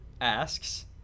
asks